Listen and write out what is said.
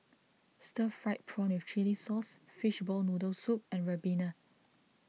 Stir Fried Prawn with Chili Sauce Fishball Noodle Soup and Ribena